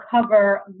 cover